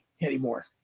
anymore